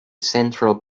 central